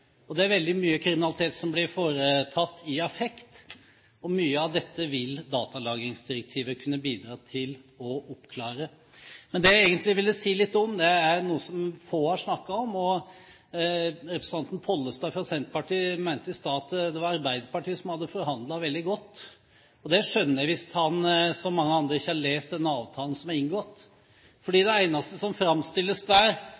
feil. Det er veldig mye kriminalitet som blir foretatt i affekt, og mye av dette vil datalagringsdirektivet kunne bidra til å oppklare. Det jeg egentlig ville si litt om, er noe som få har snakket om. Representanten Pollestad fra Senterpartiet mente i sted at det var Arbeiderpartiet som hadde forhandlet veldig godt. Det skjønner jeg hvis han, som mange andre, ikke har lest den avtalen som er inngått.